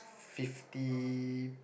fifty